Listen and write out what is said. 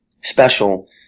special